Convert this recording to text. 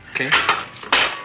Okay